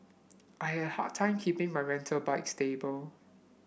I had a hard time keeping my rental bike stable